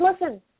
listen